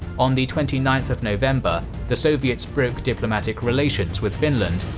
on the twenty ninth of november, the soviets broke diplomatic relations with finland,